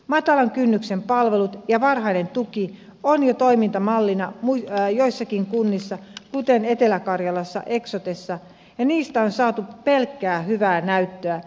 matalan kynnyksen palvelut ja varhainen tuki ovat jo toimintamallina joissakin kunnissa kuten etelä karjalassa eksotessa ja niistä on saatu pelkkää hyvää näyttöä